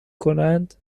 کنند